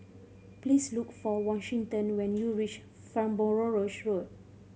please look for Washington when you reach Farnborough Road